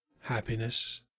happiness